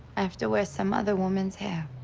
i have to wear some other woman's hair.